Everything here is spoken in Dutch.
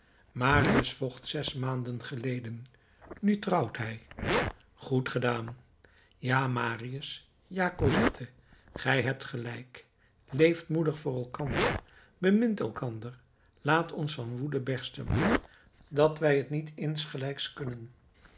marius vocht zes maanden geleden nu trouwt hij goed gedaan ja marius ja cosette gij hebt gelijk leeft moedig voor elkander bemint elkander laat ons van woede bersten dat wij t niet insgelijks kunnen